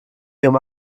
ihrem